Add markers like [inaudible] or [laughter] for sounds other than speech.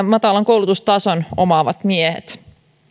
[unintelligible] matalan koulutustason omaavat miehet